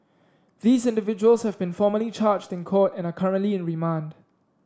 these individuals have been formally charged in court and are currently in remand